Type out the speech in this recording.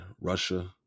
Russia